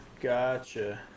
Gotcha